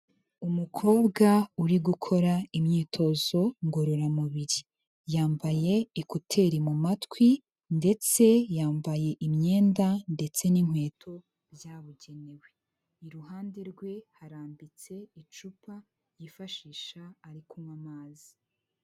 Umukobwa uri gukora imyitozo ngororamubiri yambaye ekuteri mu matwi ndetse yambaye imyenda ndetse n'inkweto byabugenewe iruhande rwe harambitse icupa ryifashisha ari kunywa amazi.